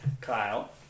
Kyle